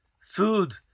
food